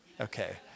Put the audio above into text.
Okay